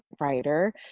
writer